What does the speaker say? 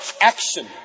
action